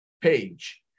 page